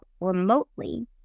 remotely